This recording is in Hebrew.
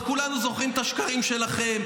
הייתי בלוויה שלו,